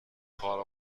خارق